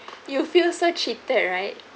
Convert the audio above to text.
you feel so cheated right